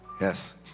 Yes